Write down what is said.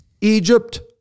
Egypt